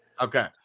Okay